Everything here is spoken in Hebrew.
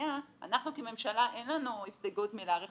אנחנו כממשלה אין לנו הסתייגות מלהאריך